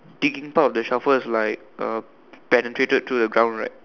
digging part of the shovel is like uh penetrated to the ground right